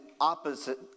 opposite